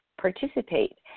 Participate